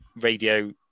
radio